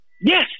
Yes